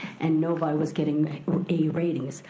and novi was getting a ratings,